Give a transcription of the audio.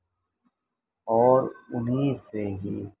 اور انہی سے ہی